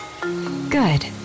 Good